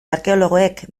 arkeologoek